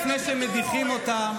אנחנו רגילים לזה שרגע שלפני מדיחים אותם